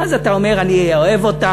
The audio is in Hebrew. מה זאת אומרת שאתה אומר: אני אוהב אותם,